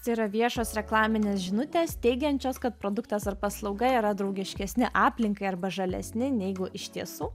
tai yra viešos reklaminės žinutės teigiančios kad produktas ar paslauga yra draugiškesni aplinkai arba žalesni neigu iš tiesų